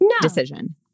decision